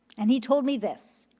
and he told me this.